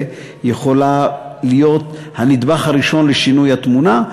יכולה להיות הנדבך הראשון לשינוי התמונה,